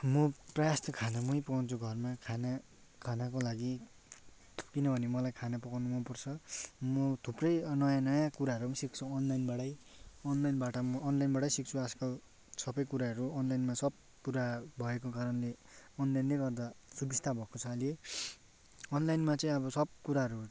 म प्रायःजस्तो खाना मै पकाउँछु घरमा खाना खानाको लागि किनभने मलाई खाना पकाउनु मनपर्छ म थुप्रै नयाँ नयाँ कुराहरू पनि सिक्छु अनलाइनबाटै अनलाइनबाट म अनलाइनबाटै सिक्छु आजकल सबै कुराहरू अनलाइनमा सब कुरा भएको कारणले अनलाइनले गर्दा सुबिस्ता भएको छ अहिले अनलाइनमा चाहिँ अब सब कुराहरू